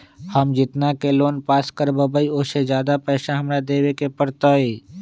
हम जितना के लोन पास कर बाबई ओ से ज्यादा पैसा हमरा देवे के पड़तई?